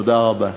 תודה רבה.